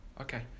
okay